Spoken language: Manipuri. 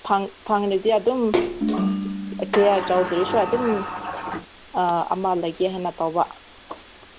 ꯐꯪꯂꯗꯤ ꯑꯗꯨꯝ ꯀꯌꯥ ꯆꯥꯎꯗ꯭ꯔꯁꯨ ꯑꯗꯨꯝ ꯑꯃ ꯂꯩꯒꯦ ꯍꯥꯏꯅ ꯇꯧꯕ